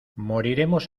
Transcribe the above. moriremos